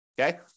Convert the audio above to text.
Okay